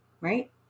right